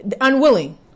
unwilling